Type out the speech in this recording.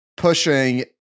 Pushing